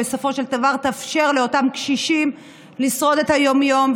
בסופו של דבר תאפשר לאותם קשישים לשרוד את היום-יום,